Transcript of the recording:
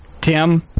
Tim